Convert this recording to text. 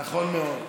נכון מאוד.